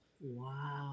Wow